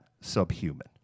subhuman